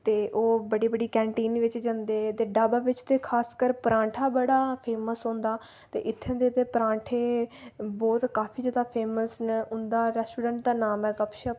ते ओह् बड्डी बड्डी कैंटीन बिच जन्दे ते ढाबा बिच ते खासकर परांठा बड़ा फेमस होंदा ते इत्थूं दे ते परांठे बहुत काफी ज्यादा फेमस न उंदा रेस्टोरैंट दा नाम ऐ गपशप